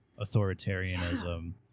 authoritarianism